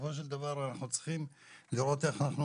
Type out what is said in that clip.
שבסופו של דבר אנחנו צריכים לראות איך אנחנו